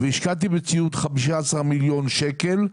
והשקעתי בציוד של 15 מיליון שקל,